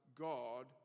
God